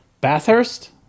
Bathurst